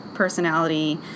Personality